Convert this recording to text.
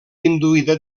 induïda